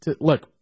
look